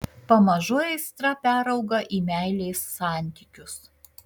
pamažu aistra perauga į meilės santykius